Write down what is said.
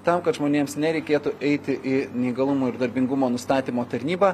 tam kad žmonėms nereikėtų eiti į neįgalumo ir darbingumo nustatymo tarnybą